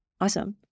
Awesome